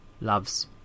loves